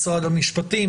משרד המשפטים,